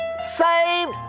saved